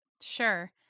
Sure